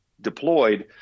deployed